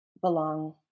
belong